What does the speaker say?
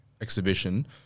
Exhibition